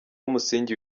musingi